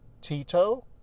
Tito